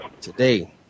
Today